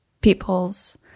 people's